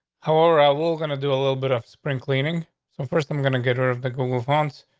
however, i will going to do a little bit of spring cleaning. so first i'm going to get her of the google fonts.